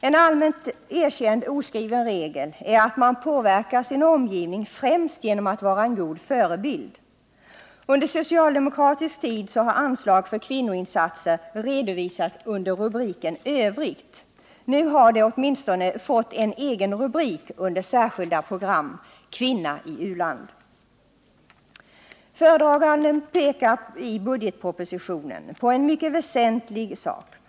En allmänt erkänd oskriven regel är att man påverkar sin omgivning främst genom att vara en god förebild. Under socialdemokratisk tid har anslag för kvinnoinsatser redovisats under rubriken Övrigt. Nu har det åtminstone fått en egen rubrik under Särskilda program: Kvinnor i u-land. Föredraganden pekar i budgetpropositionen på en mycket väsentlig sak.